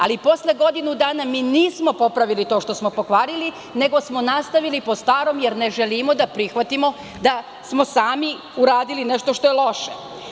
Ali, posle godinu dana mi nismo popravili to što smo pokvarili, nego smo nastavili po starom, jer ne želimo da prihvatimo da smo sami uradili nešto što je loše.